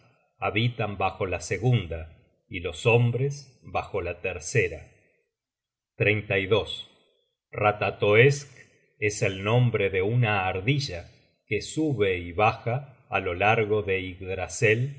habitan bajo la segunda y los hombres bajo la tercera ratatoesk es el nombre de una ardilla que sube y baja á lo largo de